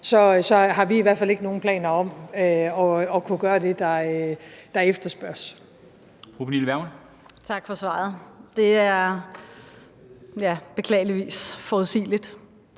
har vi i hvert fald ikke nogen planer om at kunne gøre det, der efterspørges.